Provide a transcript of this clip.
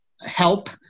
help